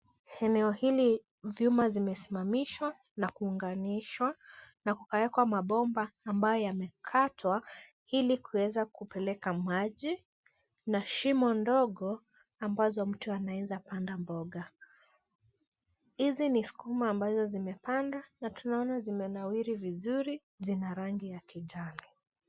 Eneo hili vyuma zimesimamishwa na kuunganishwa na kupaekwa mabomba ambayo yamekatwa hili kuweza kupeleka maji, na shimo ndogo ambazo mtu anaweza panda mboga. Hizi ni sukuma ambazo zimepandwa na tunaona zinawiri vizuri na zina rangi ya kijani.